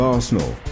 Arsenal